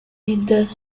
mientras